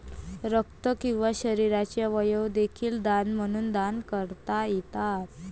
रक्त किंवा शरीराचे अवयव देखील दान म्हणून दान करता येतात